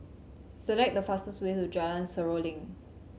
select the fastest way to Jalan Seruling